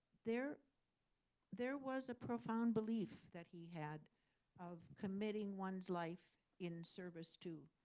there there was a profound belief that he had of committing one's life in service to.